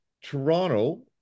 Toronto